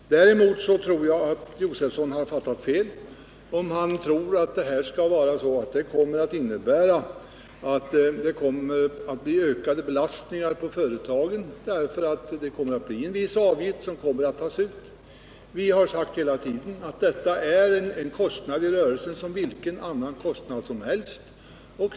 Däremot anser jag att herr Josefson har fattat fel om han tror att detta kommer att innebära ökade belastningar på företagen därför att en viss avgift kommeratt tas ut. Vi har hela tiden sagt att detta är en kostnad i rörelsen som vilken annan kostnad som helst.